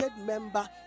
member